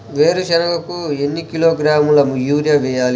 వేరుశనగకు ఎన్ని కిలోగ్రాముల యూరియా వేయాలి?